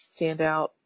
standout